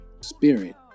spirit